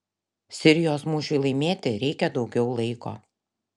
sirijos mūšiui laimėti reikia daugiau laiko